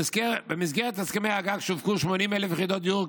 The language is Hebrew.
במסגרת הסכמי הגג שווקו 80,000 יחידות דיור,